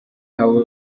haba